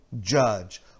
judge